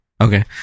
Okay